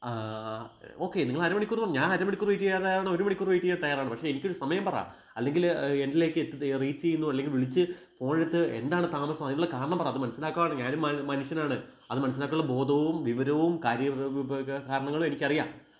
okay നിങ്ങളരമണിക്കൂര് വന്നു ഞാന് അരമണിക്കൂര് വെയിറ്റെയ്യാന് തയ്യാറാണ് ഒരുമണിക്കൂര് വെയിറ്റെയ്യാന് തയ്യാറാണ് പക്ഷെ എനിക്കൊരു സമയം പറ അല്ലെങ്കില് എന്നിലേക്കെത്തിത റീച്ചീയ്യുന്നോ അല്ലെങ്കില് വിളിച്ച് ഫോണെടുത്ത് എന്താണ് താമസം അതിനുള്ള കാരണം പറയൂ അത് മനസ്സിലാക്കാനുള്ള ഞാനും മാ മനുഷ്യനാണ് അത് മനസ്സിലാക്കാനായുള്ള ബോധവും വിവരവും കാര്യവിബ ബ ബ കാരണങ്ങളും എനിക്കറിയാം